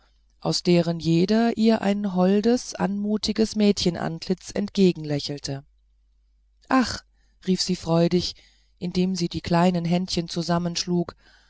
aus deren jeder ihr ein holdes anmutiges mädchenantlitz entgegenlächelte ach rief sie freudig indem sie die kleinen händchen zusammenschlug